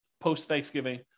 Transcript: post-Thanksgiving